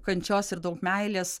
kančios ir daug meilės